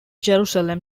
jerusalem